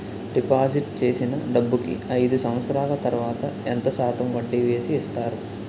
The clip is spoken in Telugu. డిపాజిట్ చేసిన డబ్బుకి అయిదు సంవత్సరాల తర్వాత ఎంత శాతం వడ్డీ వేసి ఇస్తారు?